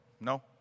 No